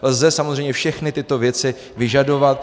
Lze samozřejmě všechny tyto věci vyžadovat.